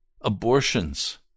abortions